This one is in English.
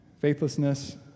faithlessness